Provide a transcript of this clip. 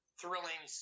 thrilling